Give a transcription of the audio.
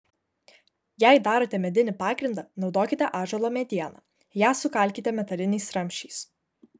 jei darote medinį pagrindą naudokite ąžuolo medieną ją sukalkite metaliniais ramsčiais